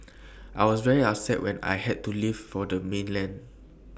I was very upset when I had to leave for the mainland